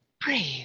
breathe